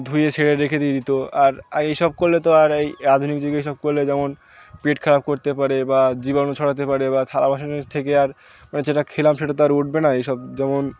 ধুয়ে ছেড়ে রেখে দিয়ে দিত আর এই সব করলে তো আর এই আধুনিক যুগে এই সব করলে যেমন পেট খারাপ করতে পারে বা জীবাণু ছড়াতে পারে বা থালা বাসনের থেকে আর মানে যেটা খেলাম সেটা তো আর উঠবে না এই সব যেমন